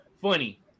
funny